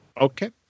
Okay